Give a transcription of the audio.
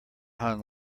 hung